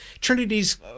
Trinity's